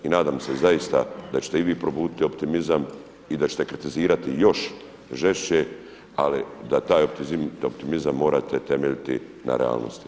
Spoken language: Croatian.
I nadam se zaista da ćete i vi probuditi optimizam i da ćete kritizirati još žešće, ali da taj optimizam morate temeljiti na realnosti.